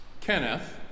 Kenneth